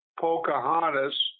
Pocahontas